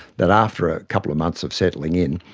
that after a couple of months of settling in,